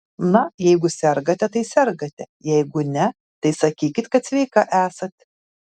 na jeigu sergate tai sergate jeigu ne tai sakykit kad sveika esat